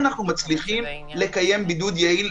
אנחנו יודעים לפי הנתונים על פחות הפרות של בידוד אצל